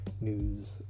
news